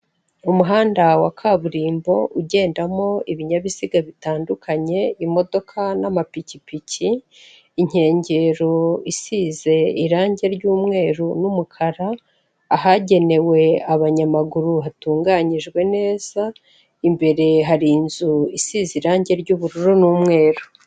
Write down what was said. Umuhanda wa kaburimbo ugendamo ibinyabiziga bitandukanye imodoka n'amapikipiki, inkengero isize irange ry'umweru n'umukara, ahagenewe abanyamaguru hatunganyijwe neza, imbere hari inzu isize irange ry'ubururu n'umweru.